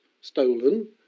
stolen